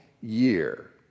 year